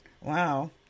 wow